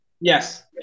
Yes